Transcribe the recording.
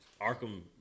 Arkham